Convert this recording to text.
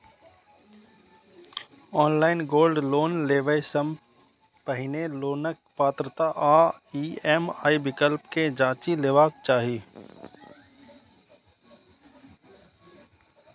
online gold loan लेबय सं पहिने लोनक पात्रता आ ई.एम.आई विकल्प कें जांचि लेबाक चाही